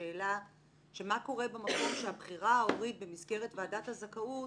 או אתכם או עם נציג האוצר.